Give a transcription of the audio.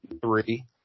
three